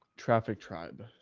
traffic tribe.